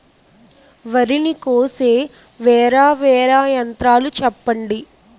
వరి ని కోసే వేరా వేరా యంత్రాలు చెప్పండి?